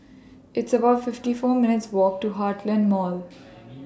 It's about fifty four minutes' Walk to Heartland Mall